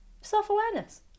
self-awareness